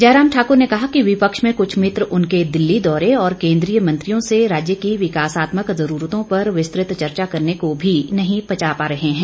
जयराम ठाकर ने कहा कि विपक्ष में कुछ मित्र उनके दिल्ली दौरे और केन्द्रीय मंत्रियों से राज्य की विकासात्मक जरूरतों पर विस्तुत चर्चा करने को भी नही पँचा पा रहे हैं